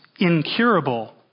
Incurable